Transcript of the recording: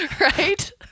right